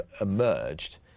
emerged